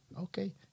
okay